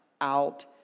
out